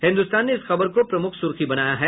हिन्दुस्तान ने इस खबर को प्रमुख सुर्खी बनाया है